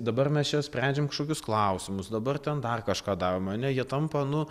dabar mes čia sprendžiam kažkokius klausimus dabar ten dar kažką darom ane jie tampa nu